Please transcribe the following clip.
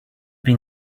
been